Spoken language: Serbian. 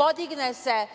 podigne se